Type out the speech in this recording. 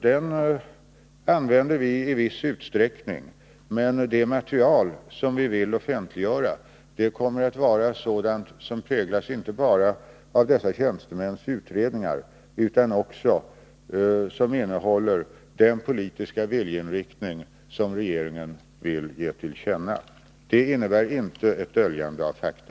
Den använder vi i viss utsträckning, men det material som vi vill offentliggöra är sådant som präglas inte bara av dessa tjänstemäns utredningar utan också av den politiska viljeinriktning som regeringen vill ge till känna. Det innebär inte ett döljande av fakta.